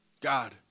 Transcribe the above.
God